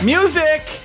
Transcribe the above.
Music